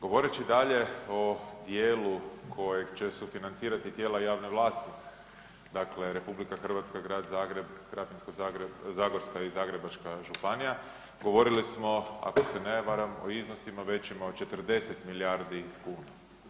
Govoreći dalje o dijelu kojeg će sufinancirati tijela javne vlasti, dakle RH, Grad Zagreb, Krapinsko-zagorska i Zagrebačka županija, govorili smo, ako se ne varam, o iznosima većima od 40 milijardi kuna.